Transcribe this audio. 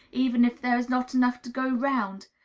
even if there is not enough to go round?